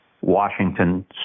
Washington